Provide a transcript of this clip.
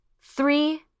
Three